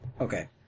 Okay